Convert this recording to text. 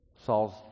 Saul's